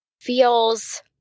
feels